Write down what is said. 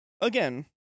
again